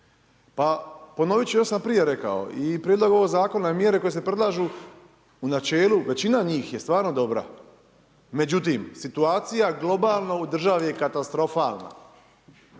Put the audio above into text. Pa ponovit ću, još sam prije rekao i Prijedlog ovog Zakona, mjere koje se predlažu u načelu većina njih je stvarno dobra. Međutim, situacija globalno u državi je katastrofalna